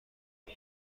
این